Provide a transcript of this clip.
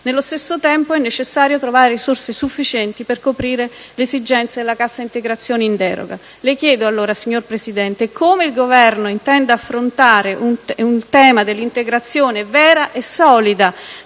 Nello stesso tempo è necessario trovare risorse sufficienti per coprire le esigenze della cassa integrazione in deroga. Le chiedo, allora, signor Presidente, come il Governo intenda affrontare il tema dell'integrazione vera e solida